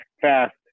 fast